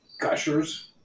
gushers